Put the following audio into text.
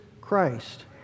Christ